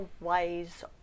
ways